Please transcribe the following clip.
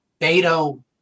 Beto